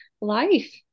life